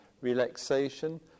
relaxation